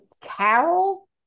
Carol